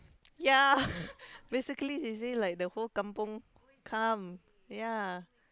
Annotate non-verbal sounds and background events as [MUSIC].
ya [LAUGHS] basically he say like the whole kampung come ya